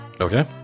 okay